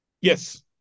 Yes